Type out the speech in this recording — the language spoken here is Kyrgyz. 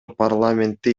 парламентте